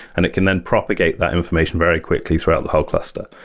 and it can then propagate that information very quickly throughout the whole cluster.